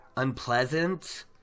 unpleasant